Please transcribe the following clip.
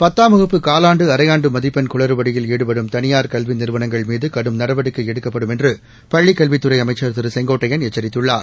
பத்தாம் வகுப்பு காவாண்டு அரையாண்டு மதிப்பெண் குளறுபடியில் ஈடுபடும் தனியார் கல்வி நிறுவனங்கள் மீது கடும் நடவடிக்கை எடுக்கப்படும் என்று பள்ளிக் கல்வித்துறை அமைச்சர் திரு செங்கோட்டையன் எச்சித்துள்ளார்